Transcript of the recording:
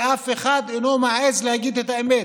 ואף אחד אינו מעז להגיד את האמת.